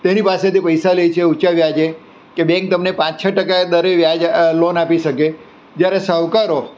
તેની પાસેથી પૈસા લે છે ઊંચા વ્યાજે કે બેન્ક તમને પાંચ છ ટકાએ દરે વ્યાજ લોન આપી શકે જ્યારે શાહુકારો